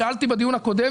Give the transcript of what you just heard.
שאלתי בדיון הקודם,